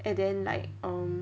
and then like um